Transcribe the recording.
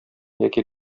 яки